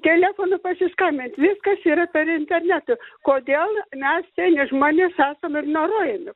telefonu pasiskambinti viskas yra per internetą kodėl mes seni žmonės esame ignoruojami